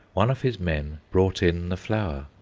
one of his men brought in the flower.